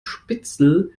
spitzel